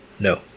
No